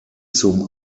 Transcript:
zum